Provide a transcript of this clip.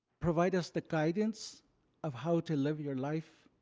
provide us the guidance of how to live your life.